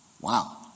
Wow